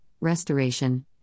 restoration